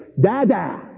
Dada